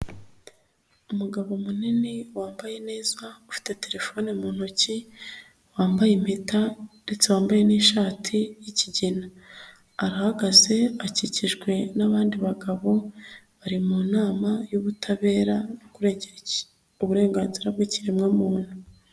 Umugabo munini wambaye neza, ufite terefone mu ntoki, wambaye impeta, ndetse wambaye n'ishati y'ikigina, arahagaze, akikijwe n'abandi bagabo, bari mu nama y'ubutabera yo kurengera uburenganzira bw'ikiremwamuntu.